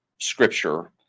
scripture